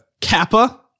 Kappa